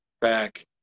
back